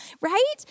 right